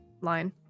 line